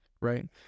right